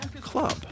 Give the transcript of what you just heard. club